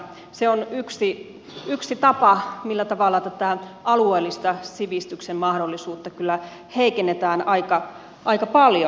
se on yksi tapa millä tätä alueellista sivistyksen mahdollisuutta kyllä heikennetään aika paljon